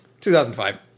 2005